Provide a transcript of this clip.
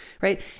Right